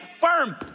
firm